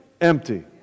empty